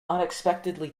unexpectedly